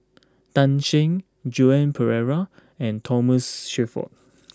Tan Shen Joan Pereira and Thomas Shelford